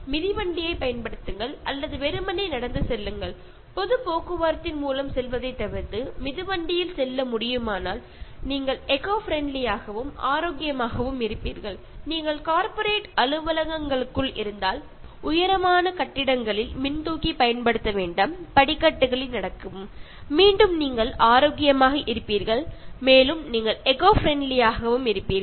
மிதிவண்டியைப் பயன்படுத்துங்கள் அல்லது வெறுமனே நடந்து செல்லுங்கள் பொது போக்குவரத்தின் மூலம் செல்வதை தவிர்த்து மிதிவண்டியில் செல்ல முடியுமானால் நீங்கள் எக்கோ பிரண்ட்லி யாகவும் ஆரோக்கியமாகவும் இருப்பீர்கள் நீங்கள் கார்ப்பரேட் அலுவலகங்களுக்குள் இருந்தால் உயரமான கட்டிடங்களில் மின்தூக்கி பயன்படுத்த வேண்டாம் படிக்கட்டுகளில் நடக்கவும் மீண்டும் நீங்கள் ஆரோக்கியமாக இருப்பீர்கள் மேலும் நீங்கள் எக்கோ பிரண்ட்லி யாகவும் இருப்பீர்கள்